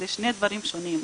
זה שני דברים שונים.